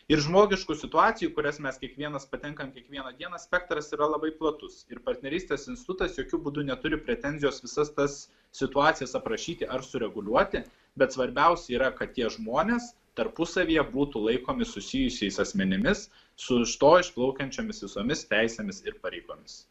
ir žmogiškų situacijų į kurias mes kiekvienas patenkam kiekvieną dieną spektras yra labai platus ir partnerystės institutas jokiu būdu neturiu pretenzijos visas tas situacijas aprašyti ar sureguliuoti bet svarbiausia yra kad tie žmonės tarpusavyje būtų laikomi susijusiais asmenimis su iš to išplaukiančiomis visomis teisėmis ir pareigomis